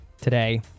today